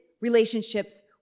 Relationships